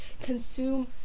consume